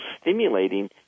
stimulating